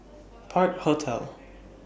Park Hotel